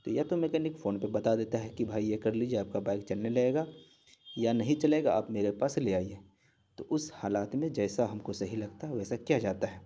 تو یا تو میکینک فون پہ بتا دیتا ہے کہ بھائی یہ کر لیجیے آپ کا بائک چلنے لگے گا یا نہیں چلے گا آپ میرے پاس لے آئیے تو اس حالات میں جیسا ہم کو صحیح لگتا ہے ویسا کیا جاتا ہے